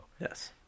Yes